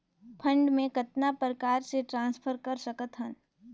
Fund मे कतना प्रकार से ट्रांसफर कर सकत हन?